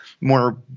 more